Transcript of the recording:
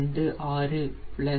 346 XNP 0